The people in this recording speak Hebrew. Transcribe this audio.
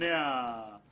לפני או